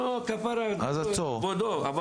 לא, כפרה, כבודו.